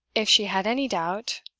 if she had any doubt,